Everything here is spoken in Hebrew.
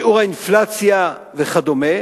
שיעור האינפלציה וכדומה,